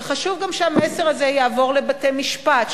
וחשוב גם שהמסר הזה יעבור לבתי-משפט,